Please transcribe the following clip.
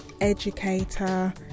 educator